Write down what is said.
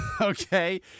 Okay